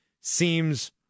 seems